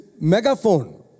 megaphone